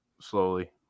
slowly